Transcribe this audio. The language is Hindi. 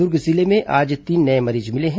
दुर्ग जिले में आज तीन नए मरीज मिले हैं